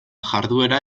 jarduera